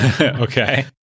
okay